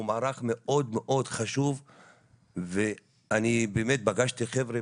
הוא מערך מאוד מאוד חשוב ואני באמת פגשתי חבר'ה